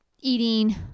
eating